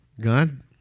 God